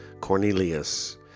Cornelius